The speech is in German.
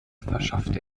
verschaffte